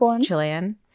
Chilean